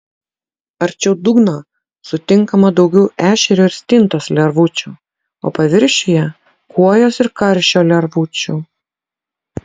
arčiau dugno sutinkama daugiau ešerio ir stintos lervučių o paviršiuje kuojos ir karšio lervučių